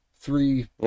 Three